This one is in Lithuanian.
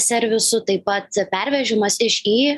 servisu taip pat pervežimas iš į